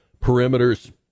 perimeters